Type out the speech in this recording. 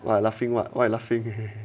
what laughing what what laughing